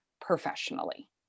professionally